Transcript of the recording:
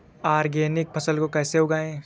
Organic फसल को कैसे उगाएँ?